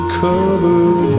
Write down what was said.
covered